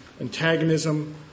Antagonism